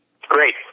Great